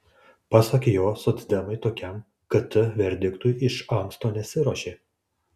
pasak jo socdemai tokiam kt verdiktui iš anksto nesiruošė